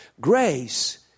Grace